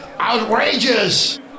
outrageous